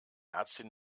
ärztin